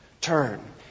turn